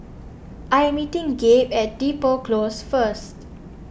I'm meeting Gabe at Depot Close first